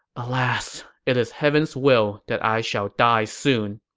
alas, it is heaven's will that i shall die soon.